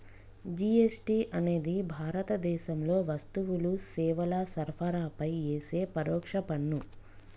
GST అనేది భారతదేశంలో వస్తువులు, సేవల సరఫరాపై యేసే పరోక్ష పన్ను